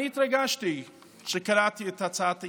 אני התרגשתי כשקראתי את הצעת האי-אמון.